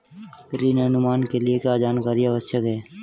ऋण अनुमान के लिए क्या जानकारी आवश्यक है?